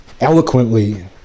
eloquently